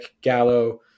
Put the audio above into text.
Gallo